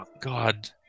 God